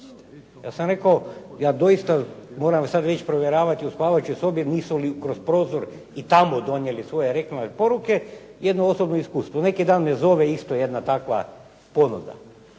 ja sam rekao ja dosita moram već provjeravati u spavaćoj sobi, nisu li kroz prozor i tamo donijeli svoje reklamne poruke. Jedno osobno iskustvo. Neki dan me zove isto jedna takva ponuda.